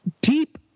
deep